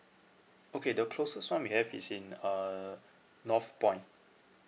okay the closest one we have is in uh north point